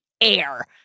air